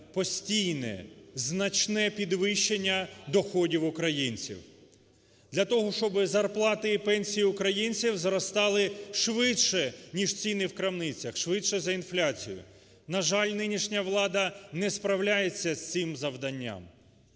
постійне, значне підвищення доходів українців для того, щоби зарплати і пенсії українців зростали швидше, ніж ціни в крамницях, швидше за інфляцію. На жаль, нинішня влада не справляється з цим завданням.